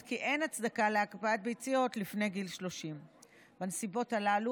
כי אין הצדקה להקפאת ביציות לפני גיל 30. בנסיבות הללו